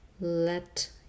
Let